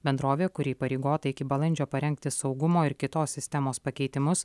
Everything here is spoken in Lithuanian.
bendrovė kuri įpareigota iki balandžio parengti saugumo ir kitos sistemos pakeitimus